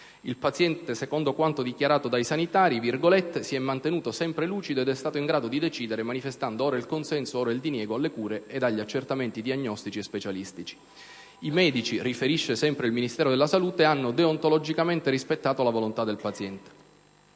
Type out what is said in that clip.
Il paziente, secondo quanto dichiarato dai sanitari, «si è mantenuto sempre lucido ed è stato in grado di decidere, manifestando ora il consenso, ora il diniego alle cure ed agli accertamenti diagnostici e specialistici». «I medici» - riferisce sempre il Ministero della salute - «hanno deontologicamente rispettato la volontà del paziente».